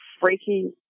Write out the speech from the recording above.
freaky